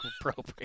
appropriate